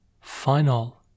final